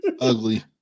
Ugly